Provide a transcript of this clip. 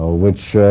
which